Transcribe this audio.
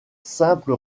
simple